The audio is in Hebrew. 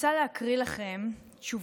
כך: